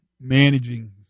managing